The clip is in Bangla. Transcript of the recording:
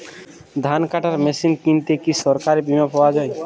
ধান কাটার মেশিন কিনতে কি সরকারী বিমা পাওয়া যায়?